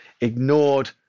ignored